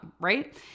right